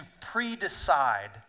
pre-decide